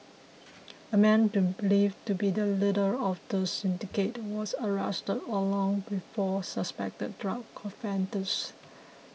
a man believed to be the leader of the syndicate was arrested along with four suspected drug offenders